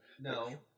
No